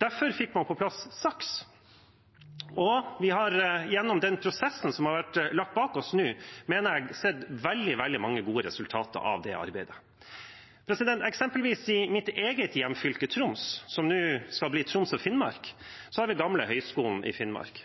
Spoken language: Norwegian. Derfor fikk man på plass SAKS, og gjennom den prosessen vi nå har lagt bak oss, mener jeg vi har sett veldig mange gode resultater av det arbeidet. Eksempelvis i mitt eget hjemfylke, Troms, som nå skal bli Troms og Finnmark, har vi den gamle Høgskolen i Finnmark.